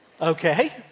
Okay